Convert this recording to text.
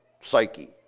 psyche